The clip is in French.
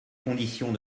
conditions